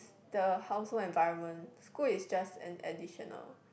the household environment school is just an additional